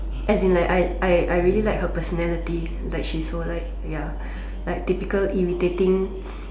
as in like I I I really like her personality like she's so like ya typical irritating